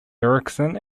erickson